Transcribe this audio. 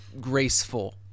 graceful